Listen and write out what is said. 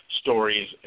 stories